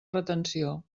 retenció